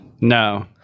No